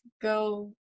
go